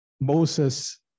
Moses